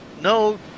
No